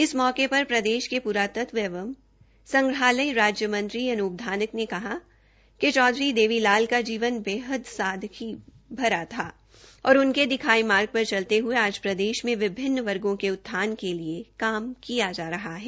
इस मौके पर प्रदेश के प्रतत्व एवं संग्रहालय राज्य मंत्री अनूप धानक ने कहा कि चौधरी देवी लाल का जीवन बेहतद सादगी भरा था और उनके दिखाये मार्ग पर चलते हये आज प्रदेश में विभिन्न वर्गो के उत्थान के लिए काम किया जा रहा है